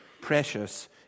Precious